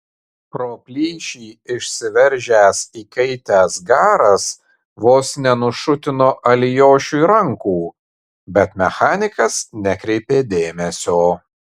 pro plyšį išsiveržęs įkaitęs garas vos nenušutino alijošiui rankų bet mechanikas nekreipė dėmesio